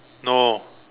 no